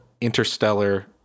interstellar